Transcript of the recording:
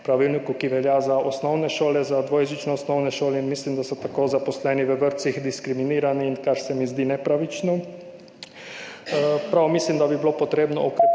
pravilniku, ki velja za dvojezične osnovne šole. Mislim, da so tako zaposleni v vrtcih diskriminirani, kar se mi zdi nepravično. Mislim, da bi bilo potrebno okrepiti